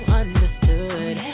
understood